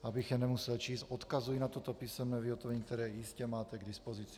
Abych je nemusel číst, odkazuji na toto písemné vyhotovení, které jistě máte k dispozici.